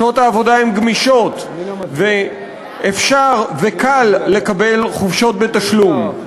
שעות העבודה הן גמישות ואפשר וקל לקבל חופשות בתשלום.